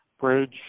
bridge